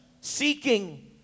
seeking